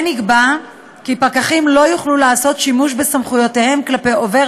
כן נקבע כי פקחים לא יוכלו לעשות שימוש בסמכויותיהם כלפי עובר